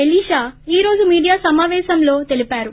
Elisha ఈ రోజు media సమాపేశంలో తెలిపారు